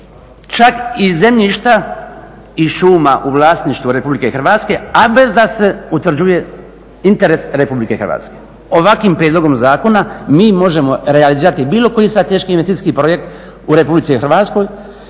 čak i iz zemljišta i šuma u vlasništvu Republike Hrvatske, a bez da se utvrđuje interes Republike Hrvatske. Ovakvim prijedlogom zakona mi možemo realizirati bilo koji sad teški investicijski projekt u Republici Hrvatskoj,